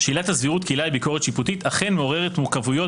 שעילת הסבירות כעילה לביקורת שיפוטית אכן מעוררת מורכבויות,